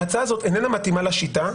ההצעה הזאת איננה מתאימה לשיטה,